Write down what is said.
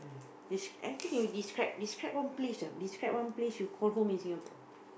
desc~ and can you describe describe one place ah describe one place you call home in Singapore